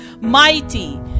mighty